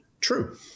True